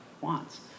wants